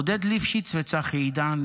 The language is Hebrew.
עודד ליפשיץ וצחי עידן,